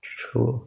true